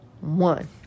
one